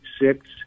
six